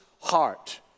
heart